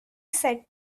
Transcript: set